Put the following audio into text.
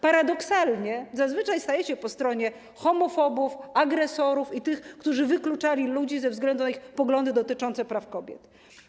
Paradoksalnie zazwyczaj stajecie po stronie homofobów, agresorów i tych, którzy wykluczali ludzi ze względu na ich poglądy dotyczące praw kobiet.